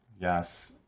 Yes